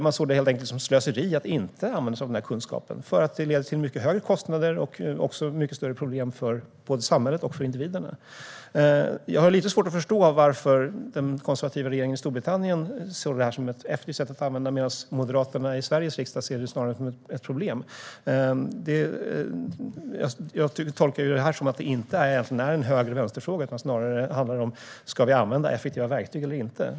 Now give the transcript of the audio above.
Man såg det som ett slöseri att inte använda sig av denna kunskap eftersom det leder till mycket högre kostnader och mycket större problem för både samhället och individen. Jag har lite svårt att förstå varför den konservativa regeringen i Storbritannien såg detta som ett effektivt användningssätt medan Moderaterna i Sveriges riksdag snarare ser det som ett problem. Jag tolkar detta som att det här egentligen inte är en höger-vänster-fråga utan snarare något som handlar om huruvida vi ska använda effektiva verktyg eller inte.